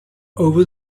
over